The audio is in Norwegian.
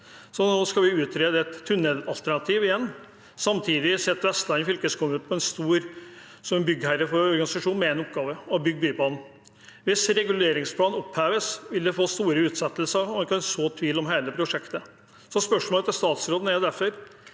Nå skal et tunnelalternativ utredes igjen. Samtidig er Vestland fylkeskommune stor byggherre for en organisasjon som har én oppgave: å bygge Bybanen. Hvis reguleringsplanen oppheves, vil det gi store utsettelser, og en kan så tvil om hele prosjektet. Spørsmålet til statsråden er derfor: